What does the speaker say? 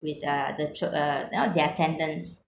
with uh the thro~ uh you know their